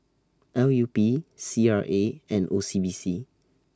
L U P C R A and O C B C